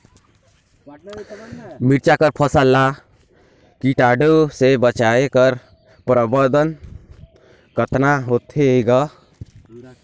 मिरचा कर फसल ला कीटाणु से बचाय कर प्रबंधन कतना होथे ग?